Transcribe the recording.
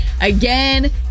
Again